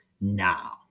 now